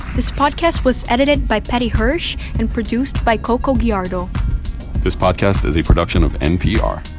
this podcast was edited by paddy hirsch and produced by coco gallardo this podcast is a production of npr